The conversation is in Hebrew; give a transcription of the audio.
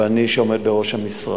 ואני שעומד בראש המשרד,